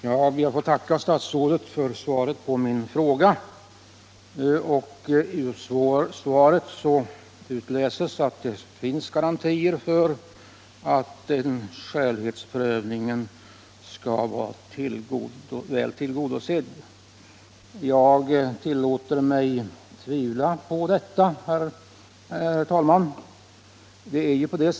Jag ber att få tacka statsrådet för svaret på min fråga. Ur svaret utläser jag att det finns garantier för att kravet på skälighetsprövning skall vara väl tillgodosett. Jag tillåter mig att tvivla på detta, herr talman.